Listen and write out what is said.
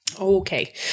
okay